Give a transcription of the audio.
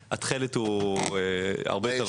התכלת הוא הרבה יותר רחוק.